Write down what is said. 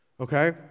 Okay